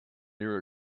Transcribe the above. near